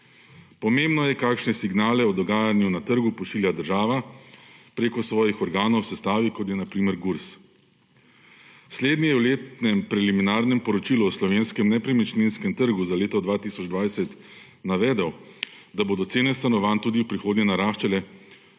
Pomembno je, kakšne signale o dogajanju na trgu pošilja država preko svojih organov v sestavi, kot je na primer Gurs. Slednji je v letnem preliminarnem poročilu o slovenskem nepremičninskem trgu za leto 2020 navedel, da bodo cene stanovanj tudi v prihodnje naraščale,